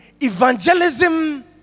Evangelism